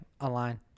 online